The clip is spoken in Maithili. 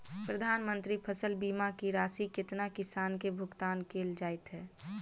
प्रधानमंत्री फसल बीमा की राशि केतना किसान केँ भुगतान केल जाइत है?